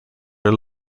are